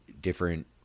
different